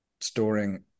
storing